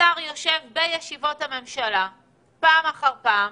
השר יושב בישיבות הממשלה פעם אחר פעם,